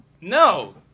No